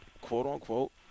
quote-unquote